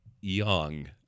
young